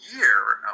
Year